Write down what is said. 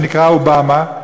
שנקרא אובמה,